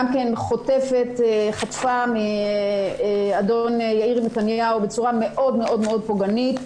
גם היא חטפה מאדון יאיר נתניהו בצורה מאוד מאוד פוגענית.